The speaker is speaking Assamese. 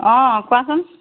অঁ কোৱাচোন